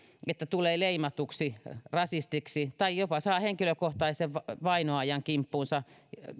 että tulee leimatuksi rasistiksi tai jopa saa henkilökohtaisen vainoajan kimppuunsa